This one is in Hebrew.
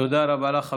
תודה רבה לך.